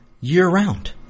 year-round